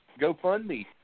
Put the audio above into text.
GoFundMe